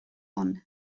ann